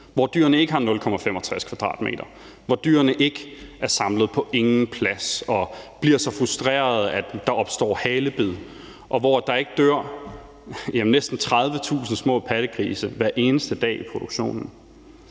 hvor dyrene ikke har kun 0,65 m², hvor dyrene ikke er samlet på ingen plads og bliver så frustrerede, at der opstår halebid, og hvor der ikke dør næsten 30.000 små pattegrise hver eneste dag i produktionen.